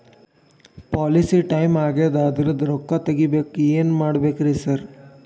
Policy time ಆಗ್ಯಾದ ಅದ್ರದು ರೊಕ್ಕ ತಗಬೇಕ್ರಿ ಏನ್ ಮಾಡ್ಬೇಕ್ ರಿ ಸಾರ್?